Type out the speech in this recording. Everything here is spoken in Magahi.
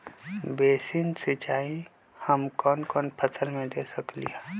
बेसिन सिंचाई हम कौन कौन फसल में दे सकली हां?